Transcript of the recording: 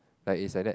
like it's like that